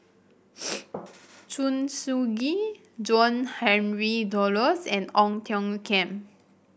Soo Ngee John Henry Duclos and Ong Tiong Khiam